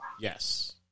Yes